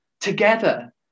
together